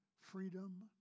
freedom